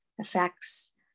affects